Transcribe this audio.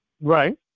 right